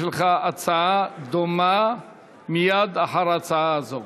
יש לך הצעה דומה מייד אחר ההצעה הזו,